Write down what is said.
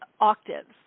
octaves